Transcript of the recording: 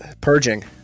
Purging